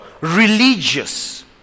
religious